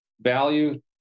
value